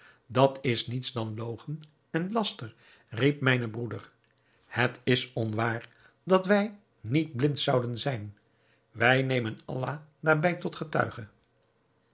dat is niets dan logen en laster riep mijn broeder het is onwaar dat wij niet blind zouden zijn wij nemen allah daarbij tot getuige